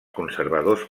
conservadors